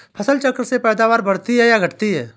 फसल चक्र से पैदावारी बढ़ती है या घटती है?